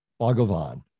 Bhagavan